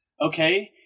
okay